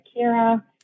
Kira